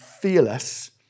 fearless